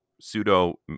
pseudo